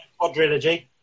quadrilogy